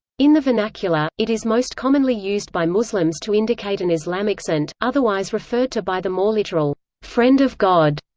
in the vernacular, it is most commonly used by muslims to indicate an islamic saint, otherwise referred to by the more literal friend of god.